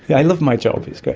i love my job, it's great.